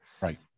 Right